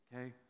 okay